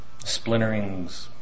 splinterings